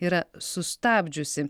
yra sustabdžiusi